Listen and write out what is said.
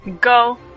Go